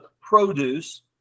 produce